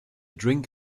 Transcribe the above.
drink